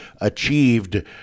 achieved